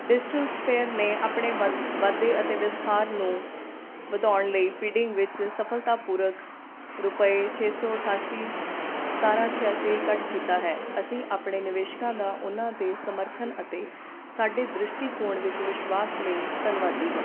digital sphere ਨੇ ਆਪਣੇ ਵ ਵਾਧੇ ਅਤੇ ਵਿਸਤਾਰ ਨੂੰ ਵਧਾਉਣ ਲਈ ਫੀਡਿੰਗ ਵਿੱਚ ਸਫਲਤਾਪੂਰਵਕ ਰੁਪਏ ਛੇ ਸੌ ਅਠਾਸੀ ਸਤਾਰ੍ਹਾਂ ਛਿਆਸੀ ਇਕੱਠਾ ਕੀਤਾ ਹੈ ਅਸੀਂ ਆਪਣੇ ਨਿਵੇਸ਼ਕਾਂ ਦਾ ਉਨ੍ਹਾਂ ਦੇ ਸਮਰਥਨ ਅਤੇ ਸਾਡੇ ਦ੍ਰਿਸ਼ਟੀਕੋਣ ਵਿੱਚ ਵਿਸ਼ਵਾਸ ਲਈ ਧੰਨਵਾਦੀ ਹਾਂ